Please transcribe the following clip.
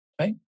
Right